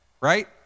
right